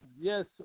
Yes